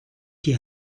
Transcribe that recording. die